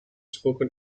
spoken